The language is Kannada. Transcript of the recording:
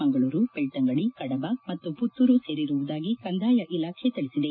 ಮಂಗಳೂರು ಬೆಳ್ತಂಗಡಿ ಕಡಬ ಮತ್ತು ಪುತ್ತೂರು ಸೇರಿರುವುದಾಗಿ ಕಂದಾಯ ಇಲಾಖೆ ತಿಳಿಸಿದೆ